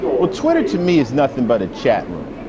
well, twitter to me is nothing but a chat room.